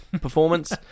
performance